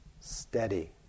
Steady